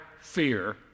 fear